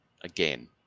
again